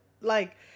like-